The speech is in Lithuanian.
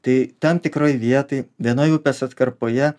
tai tam tikroj vietoj vienoj upės atkarpoje